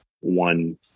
one